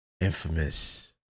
infamous